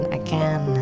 again